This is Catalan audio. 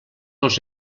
els